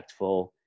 impactful